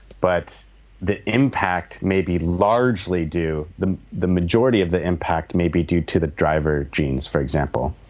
but the impact may be largely due, the the majority of the impact may be due to the driver genes for example.